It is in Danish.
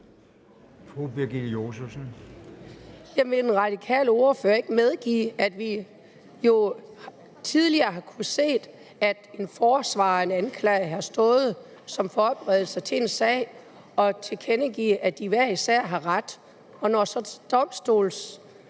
(V): Vil den radikale ordfører ikke medgive, at vi jo tidligere har kunnet se, at en forsvarer og en anklager har stået som forberedelse til en sag og tilkendegivet, at de hver især havde ret? Når så domstolen